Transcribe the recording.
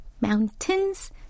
Mountains